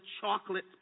chocolate